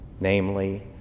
namely